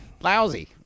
lousy